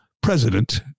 president